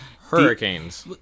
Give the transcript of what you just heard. Hurricanes